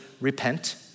repent